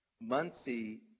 Muncie